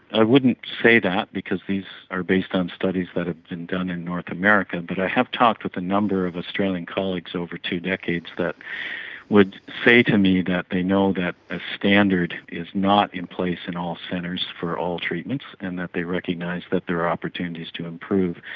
i wouldn't say that because these are based on studies that have been done in north america, but i have talked with a number of australian colleagues over two decades that would say to me that they know that a standard is not in place at and all centres for all treatments, and that they recognise that there are opportunities to improve.